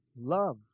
love